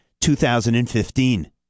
2015